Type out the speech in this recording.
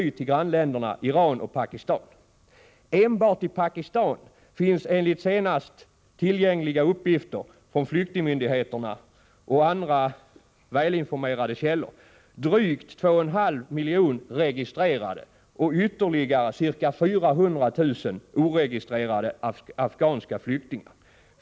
Enbart i Pakistan finns enligt senast tillgängliga uppgifter från flyktingmyndigheterna och andra välinformerade källor drygt 2,5 miljoner registrerade och ytterligare ca 400 000 oregistrerade afghanska flyktingar.